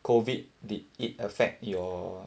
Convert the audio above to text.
COVID did it affect your